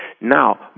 Now